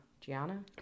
Gianna